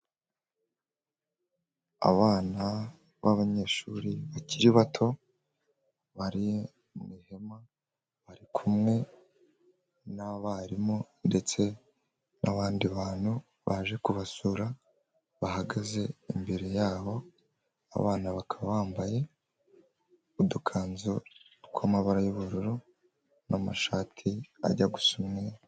Abana b'abanyeshuri bakiri bato bari mu ihema bari kumwe n'abarimu, ndetse n'abandi bantu baje kubasura bahagaze imbere yabo, abana bakaba bambaye udukanzu twamabara y'ubururu n'amashati ajya gusa umweru.